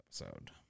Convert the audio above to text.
episode